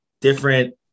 different